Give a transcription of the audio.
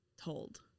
told